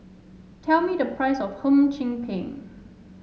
tell me the price of Hum Chim Peng